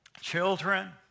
children